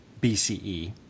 BCE